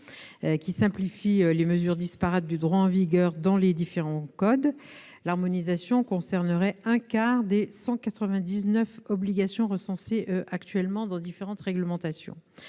qui simplifie les mesures disparates du droit en vigueur dans les différents codes- cette harmonisation concernerait un quart des 199 obligations recensées actuellement dans différentes réglementations